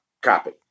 copy